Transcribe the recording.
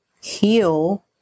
heal